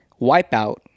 Wipeout